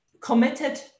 committed